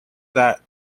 that